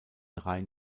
rhein